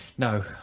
No